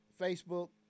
facebook